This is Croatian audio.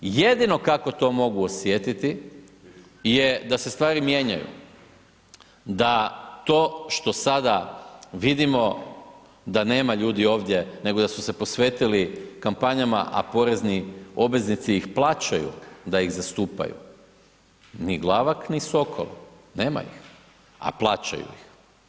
Jedino kako to mogu osjetiti je da se stvari mijenjaju, da to što sada vidimo da nema ljudi ovdje, nego da su se posvetili kampanjama, a porezni obveznici ih plaćaju da ih zastupaju, ni Glavak, ni Sokol, nema ih, a plaćaju ih.